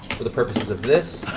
for the purposes of this